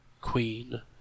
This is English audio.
Queen